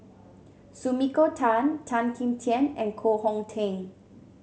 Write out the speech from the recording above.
Sumiko Tan Tan Kim Tian and Koh Hong Teng